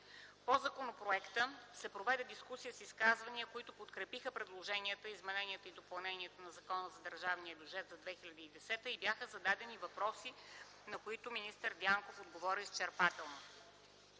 По законопроекта се проведе дискусия с изказвания, които подкрепиха предложените изменения и допълнения на Закона за държавния бюджет на Република България за 2010 г., и бяха зададени въпроси, на които министър Дянков отговори изчерпателно.